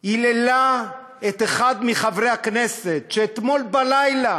היללה את אחד מחברי הכנסת שאתמול בלילה